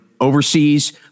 Overseas